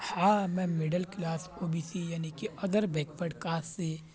ہاں میں middle class O B C یعنی کہ ادر بیک ورڈ کاسٹ سے